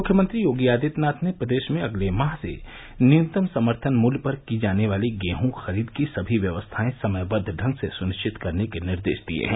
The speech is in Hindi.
मुख्यमंत्री योगी आदित्यनाथ ने प्रदेश में अगले माह से न्यूनतम समर्थन मूल्य पर की जाने वाली गेहूं खरीद की सभी व्यवस्थाएं समयबद्द ढंग से सुनिश्चित करने के निर्देश दिए हैं